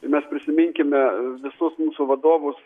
mes prisiminkime visus mūsų vadovus